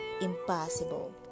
impossible